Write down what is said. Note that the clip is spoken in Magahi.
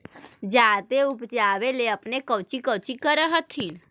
जादे उपजाबे ले अपने कौची कौची कर हखिन?